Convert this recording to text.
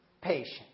patient